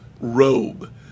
robe